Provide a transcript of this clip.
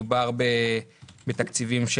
מדובר בתקציבים,